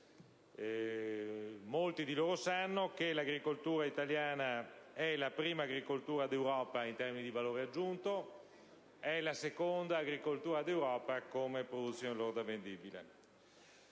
molti sanno che l'agricoltura italiana è la prima agricoltura d'Europa in termini di valore aggiunto, e la seconda d'Europa come produzione lorda vendibile.